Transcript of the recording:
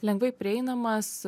lengvai prieinamas